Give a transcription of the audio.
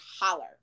holler